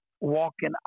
walking